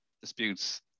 disputes